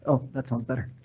ah that sounds better.